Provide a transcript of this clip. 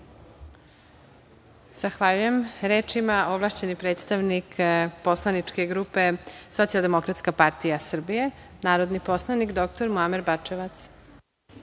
Zahvaljujem. Reč ima ovlašćeni predstavnik poslaničke grupe Socijaldemokratska partija Srbije, narodni poslanik dr Muamer